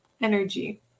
energy